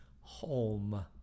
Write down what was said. home